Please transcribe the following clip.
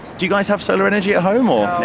do you guys have solar energy at home? ah